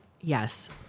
Yes